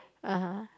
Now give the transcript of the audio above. (uh huh)